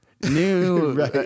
new